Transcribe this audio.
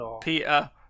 Peter